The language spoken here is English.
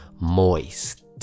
moist